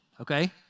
Okay